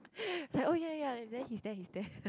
like oh ya ya he's there he's there